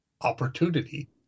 opportunity